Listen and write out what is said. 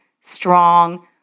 strong